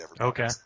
Okay